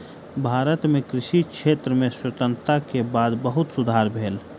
भारत मे कृषि क्षेत्र में स्वतंत्रता के बाद बहुत सुधार भेल